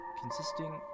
consisting